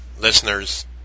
listeners